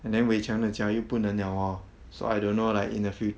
and then wei qiang 的家又不能了咯 so I don't know like in the future